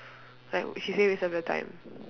like she say waste of your time